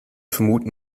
vermuten